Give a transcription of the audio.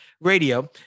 radio